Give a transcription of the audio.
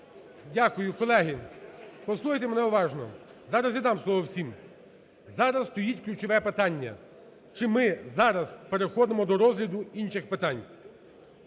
Дякую. Колеги, послухайте мене уважно, зараз я дам слово всім. Зараз стоїть ключове питання, чи ми зараз переходимо до розгляду інших питань?